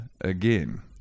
again